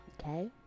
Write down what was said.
okay